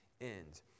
end